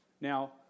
Now